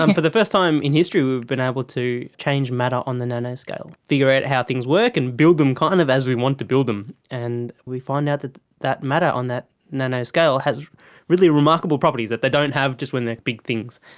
um for the first time in history we've been able to change matter on the nano scale, figure out how things work and build them kind of as we want to build them, and we find out that that matter on that nano scale has really remarkable properties that they don't have just when they are big things,